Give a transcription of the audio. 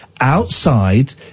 outside